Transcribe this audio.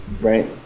Right